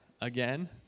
Again